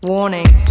Warning